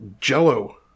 jello